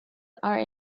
are